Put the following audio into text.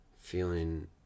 feeling